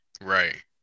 Right